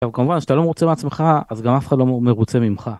כמובן שאתה לא מרוצה מעצמך אז גם אף אחד לא מרוצה ממך.